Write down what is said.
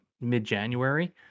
mid-January